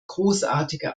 großartige